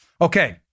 Okay